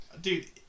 Dude